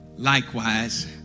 Likewise